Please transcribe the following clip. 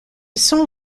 son